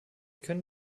können